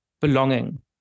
belonging